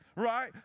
right